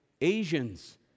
Asians